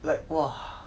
like !wah!